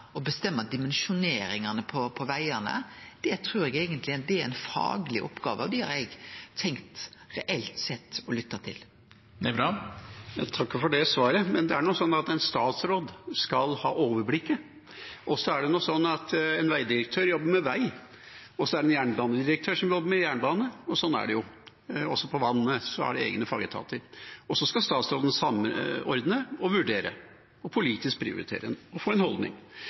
bestemme dimensjoneringane på vegane. Det trur eg eigentleg er ei fagleg oppgåve, og det har eg tenkt reelt sett å lytte til. Jeg takker for det svaret, men det er nå sånn at en statsråd skal ha overblikket. Det er en vegdirektør som jobber med vei, og en jernbanedirektør som jobber med jernbane. Sånn er det jo. Også på vannet har man egne fagetater. Så skal statsråden samordne, vurdere, prioritere politisk og få en holdning.